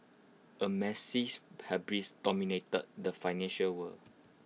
A massive hubris dominated the financial world